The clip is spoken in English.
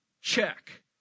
check